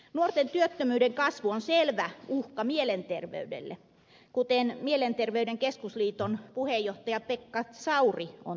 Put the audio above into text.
nuorten työttömyyden kasvu on selvä uhka mielenterveydelle kuten mielenterveyden keskusliiton puheenjohtaja pekka sauri on todennut